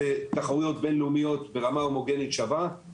זה תחרויות בינלאומיות ברמה הומוגנית שווה,